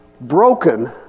Broken